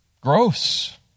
gross